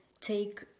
take